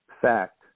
fact